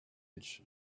edge